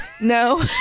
No